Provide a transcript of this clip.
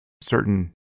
certain